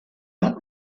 that